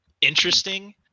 interesting